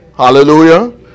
Hallelujah